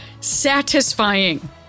Satisfying